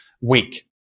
week